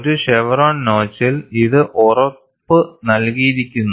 ഒരു ഷെവ്റോൺ നോച്ചിൽ ഇത് ഉറപ്പുനൽകിയിരിക്കുന്നു